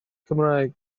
cymraeg